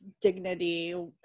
dignity